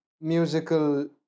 musical